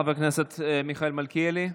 חבר הכנסת מיכאל מלכיאלי,